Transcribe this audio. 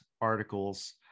articles